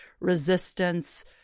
resistance